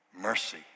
Mercy